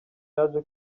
yaje